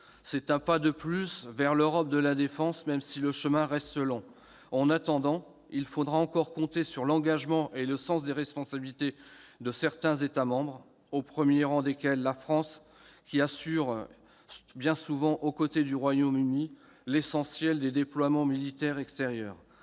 C'est un pas de plus vers l'Europe de la défense, même s'il reste encore un long chemin à parcourir. En attendant, il faudra encore compter sur l'engagement et le sens des responsabilités de certains États membres, au premier rang desquels la France, qui assume bien souvent, aux côtés du Royaume-Uni, l'essentiel des déploiements militaires extérieurs.